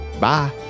Bye